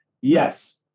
Yes